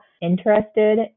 interested